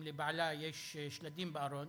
אם לבעלה יש שלדים בארון,